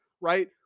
right